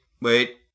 wait